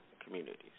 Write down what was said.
communities